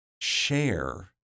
share